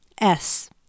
S-